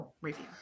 review